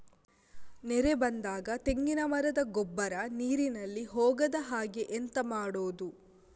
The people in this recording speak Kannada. ನೆರೆ ಬಂದಾಗ ತೆಂಗಿನ ಮರದ ಗೊಬ್ಬರ ನೀರಿನಲ್ಲಿ ಹೋಗದ ಹಾಗೆ ಎಂತ ಮಾಡೋದು?